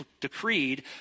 decreed